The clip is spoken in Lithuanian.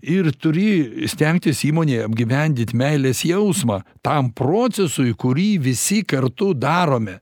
ir turi stengtis įmonėje apgyvendyt meilės jausmą tam procesui kurį visi kartu darome